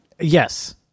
Yes